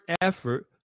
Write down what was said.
effort